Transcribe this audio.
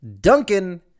Duncan